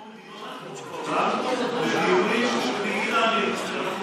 אנחנו שומרים, על זכויותיהם של האסירים.